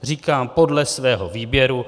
Říkám podle svého výběru.